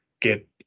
get